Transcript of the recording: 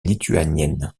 lituanienne